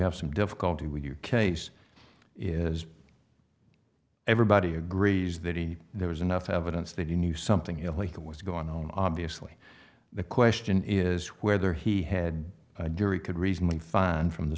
have some difficulty with your case is everybody agrees that he there was enough evidence that he knew something illegal was going on obviously the question is whether he had durie could reasonably find from the